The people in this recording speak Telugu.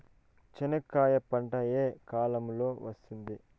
చెనక్కాయలు పంట ఏ కాలము లో వస్తుంది